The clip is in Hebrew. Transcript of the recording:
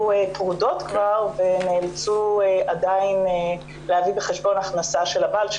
פרודות כבר ונאלצו עדיין להביא בחשבון הכנסה של הבעל,